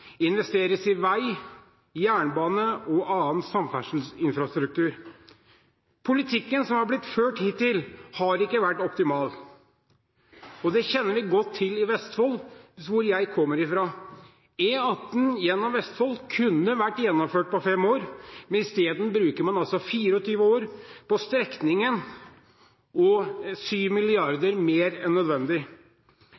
investeres i vei, jernbane og annen samferdselsinfrastruktur. Politikken som er blitt ført hittil, har ikke vært optimal. Det kjenner vi godt til i Vestfold som jeg kommer fra. E18 gjennom Vestfold kunne vært gjennomført på fem år, men i stedet bruker man altså 24 år på strekningen og